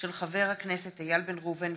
מאת חברי הכנסת איל בן ראובן,